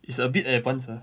it's a bit advanced ah